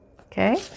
Okay